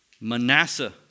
Manasseh